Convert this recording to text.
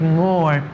more